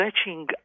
stretching